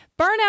burnout